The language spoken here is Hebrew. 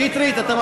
שטרית.